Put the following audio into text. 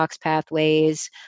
pathways